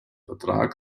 vertrag